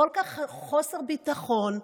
של חוסר ביטחון כזה.